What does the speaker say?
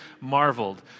Marveled